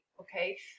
okay